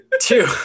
Two